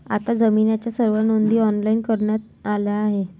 आता जमिनीच्या सर्व नोंदी ऑनलाइन करण्यात आल्या आहेत